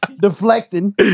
deflecting